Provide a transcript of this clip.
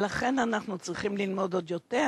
ולכן אנחנו צריכים ללמוד עוד יותר